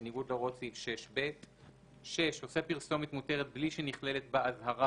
בניגוד להוראות סעיף 6(א); (6)עושה פרסומת מותרת בלי שנכללת בה אזהרה,